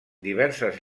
diverses